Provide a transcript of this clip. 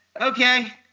okay